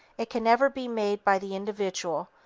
it can never be made by the individual,